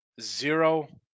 zero